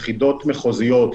יחידות מחוזיות,